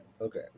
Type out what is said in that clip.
okay